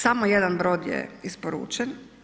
Samo jedan brod je isporučen.